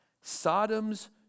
Sodom's